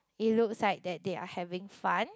it looks like that they are having fun